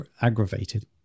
aggravated